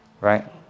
right